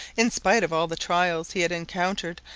in spite of all the trials he had encountered,